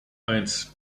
eins